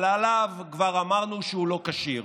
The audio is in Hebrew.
אבל עליו כבר אמרנו שהוא לא כשיר.